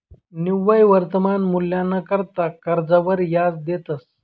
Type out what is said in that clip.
निव्वय वर्तमान मूल्यना करता कर्जवर याज देतंस